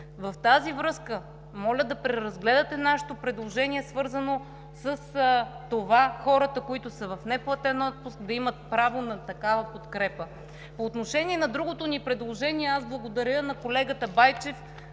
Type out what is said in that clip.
В тази връзка моля да преразгледате нашето предложение, свързано с това, хората, които са в неплатен отпуск, да имат право на такава подкрепа. По отношение на другото ни предложение, благодаря на колегата Байчев.